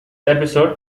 episode